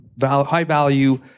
high-value